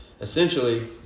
Essentially